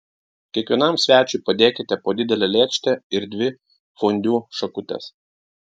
kiekvienam svečiui padėkite po didelę lėkštę ir dvi fondiu šakutes